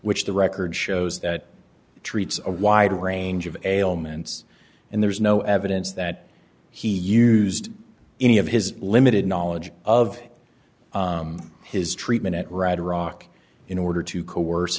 which the record shows that treats a wide range of ailments and there's no evidence that he used any of his limited knowledge of his treatment at red rock in order to coerce